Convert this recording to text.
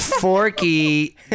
Forky